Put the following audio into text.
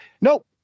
Nope